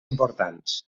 importants